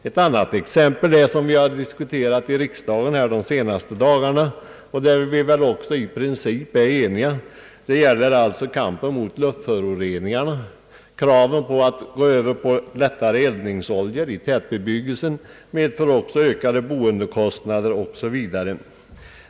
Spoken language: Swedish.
Ett annat exempel gäller kampen mot luftföroreningarna, som vi har diskuterat i riksdagen under de senaste dagarna; på den punkten är vi väl i princip eniga. Kraven på övergång till lättare eldningsoljor i tätbebyggelsen medför också ökade boendekostnader.